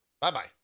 Bye-bye